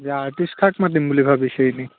এতিয়া আৰ্টিষ্ট কাক মাতিম বুলি ভাবিছে এনেই